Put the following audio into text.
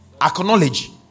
Acknowledge